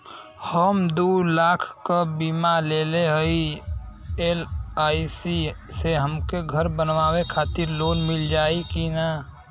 हम दूलाख क बीमा लेले हई एल.आई.सी से हमके घर बनवावे खातिर लोन मिल जाई कि ना?